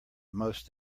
most